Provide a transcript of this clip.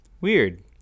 weird